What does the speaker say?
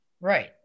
Right